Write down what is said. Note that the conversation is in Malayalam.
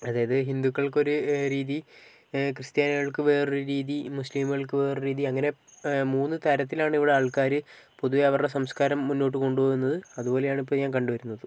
അതായത് ഹിന്ദുക്കൾക്കൊരു രീതി ക്രിസ്ത്യാനികൾക്ക് വേറൊരു രീതി മുസ്ലീമുകൾക്കു വേറൊരു രീതി അങ്ങനെ മൂന്ന് തരത്തിലാണ് ഇവിടെ ആൾക്കാർ പൊതുവേ അവരുടെ സംസ്ക്കാരം മുന്നോട്ട് കൊണ്ടുപോകുന്നത് അതുപോലെയാണ് ഇപ്പം ഞാൻ കണ്ടുവരുന്നത്